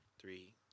Three